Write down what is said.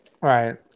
Right